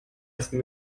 ersten